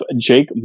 Jake